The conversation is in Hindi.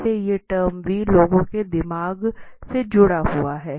कैसे ये टर्म v लोगों के दिमाग से जुड़ा हुआ हैं